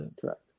Correct